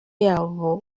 yabo